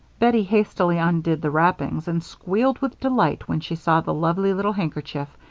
bettie hastily undid the wrappings and squealed with delight when she saw the lovely little handkerchief,